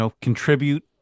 contribute